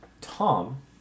Tom